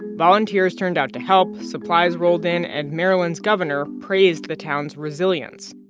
volunteers turned out to help. supplies rolled in. and maryland's governor praised the town's resilience.